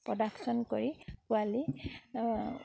production কৰি পোৱালি